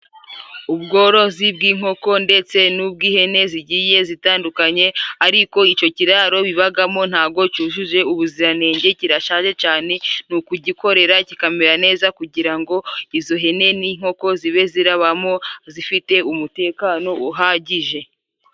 Ubworozi bw'inkoko ndetse n'ubw'ihene, zigiye zitandukanye ariko icyo kiraro bibagamo ntago cyujuje ubuziranenge kirashaje cane, ni ukugikorera kikamera neza kugira ngo izo hene n'inkoko zibe zirabamo zifite umutekano uhagije.